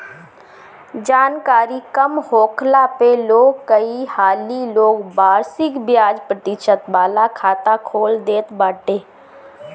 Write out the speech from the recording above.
जानकरी कम होखला पअ लोग कई हाली लोग वार्षिक बियाज प्रतिशत वाला खाता खोल देत बाटे